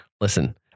Listen